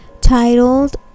titled